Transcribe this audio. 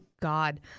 God